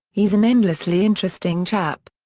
he's an endlessly interesting chap.